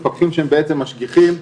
מפקחים שהם בעצם משגיחים.